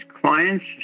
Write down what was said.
clients